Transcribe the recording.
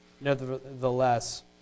Nevertheless